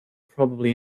probably